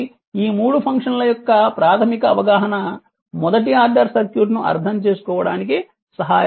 కాబట్టి ఈ మూడు ఫంక్షన్ల యొక్క ప్రాథమిక అవగాహన మొదటి ఆర్డర్ సర్క్యూట్ను అర్థం చేసుకోవడానికి సహాయపడుతుంది